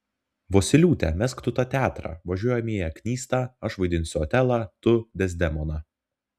vosyliūte mesk tu tą teatrą važiuojame į aknystą aš vaidinsiu otelą tu dezdemoną